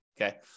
Okay